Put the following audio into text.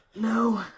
No